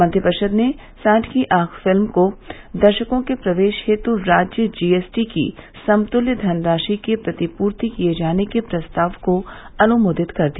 मंत्रिपरिषद ने सांड की ऑख फिल्म को दर्शकों के प्रवेश हेत् राज्य जीएसटी की समत्त्य धनराशि के प्रतिपूर्ति किये जाने के प्रस्ताव को अनुमोदित कर दिया